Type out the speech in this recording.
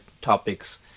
topics